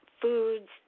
foods